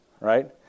right